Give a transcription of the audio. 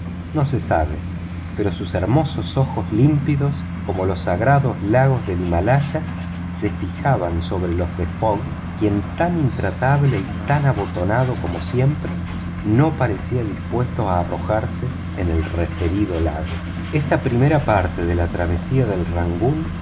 no se sabe pero sus hermosos ojos límpidos como los sagrados lagos del himalaya se fijaban sobre los de fogg quien tan intratable y tan abotonado como siempre no parecía dispuesto a arrojarse en el referido lago esta primera parte de la travesía del rangoon